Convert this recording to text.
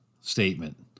statement